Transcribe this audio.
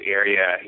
area